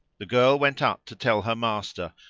the girl went up to tell her master,